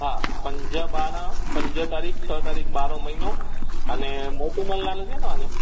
हा पंज बारहं पंज तारीख़ छह तारीख़ ॿारहों महीनो अने मोटूमल नालो थिए न तव्हांजो